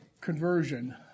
conversion